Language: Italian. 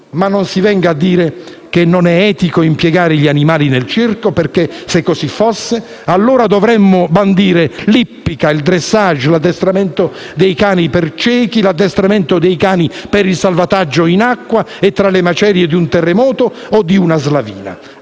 Non mi si venga però a dire che non è etico impiegare gli animali nel circo, perché, se così fosse, allora dovremmo bandire l'ippica, il *dressage*, l'addestramento dei cani per ciechi, l'addestramento dei cani per il salvataggio in acqua o tra le macerie di un terremoto o di una slavina.